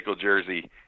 jersey